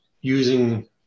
using